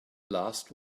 last